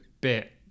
bit